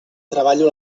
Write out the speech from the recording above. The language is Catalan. treballo